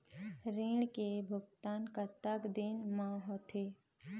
ऋण के भुगतान कतक दिन म होथे?